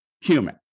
human